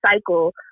cycle